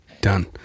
Done